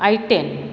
I ten